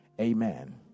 Amen